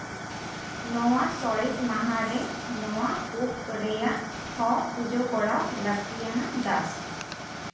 ᱱᱚᱣᱟ ᱥᱚᱨᱮᱥ ᱢᱟᱦᱟᱨᱮ ᱱᱚᱣᱟ ᱯᱩᱵ ᱨᱮᱭᱟᱜ ᱦᱚᱸ ᱯᱩᱡᱟᱹ ᱠᱚᱨᱟᱣ ᱞᱟᱹᱠᱛᱤᱭᱟᱱᱟᱜ ᱫᱟᱥ